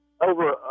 over